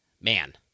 man